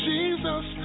Jesus